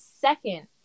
second